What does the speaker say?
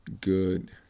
good